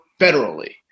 federally